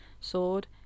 sword